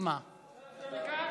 אפשר להצביע מכאן?